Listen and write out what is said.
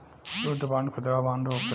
युद्ध बांड खुदरा बांड होखेला